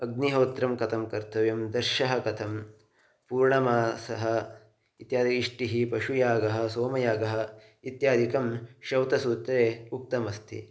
अग्निहोत्रं कतं कर्तव्यं दर्शः कथं पूर्णमासः इत्याद्यः इष्टिः पशुयागः सोमयागः इत्यादिकं श्रौतसूत्रे उक्तमस्ति